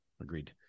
Agreed